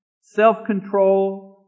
self-control